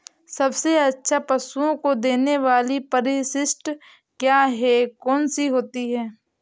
सबसे अच्छा पशुओं को देने वाली परिशिष्ट क्या है? कौन सी होती है?